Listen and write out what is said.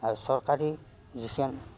আৰু চৰকাৰী যিখন